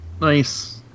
Nice